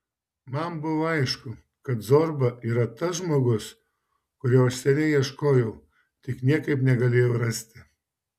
man buvo aišku kad zorba yra tas žmogus kurio aš seniai ieškojau tik niekaip negalėjau rasti